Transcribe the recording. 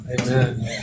Amen